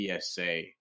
PSA